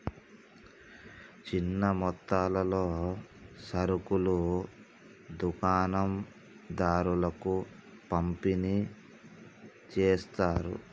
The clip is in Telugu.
చిన్న మొత్తాలలో సరుకులు దుకాణం దారులకు పంపిణి చేస్తారు